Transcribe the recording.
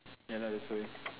ya lah that's why